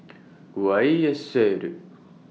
Y S L